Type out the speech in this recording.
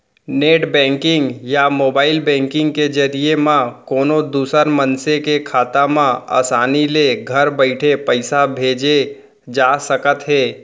net banking या mobile banking के जरिए म कोनों दूसर मनसे के खाता म आसानी ले घर बइठे पइसा भेजे जा सकत हे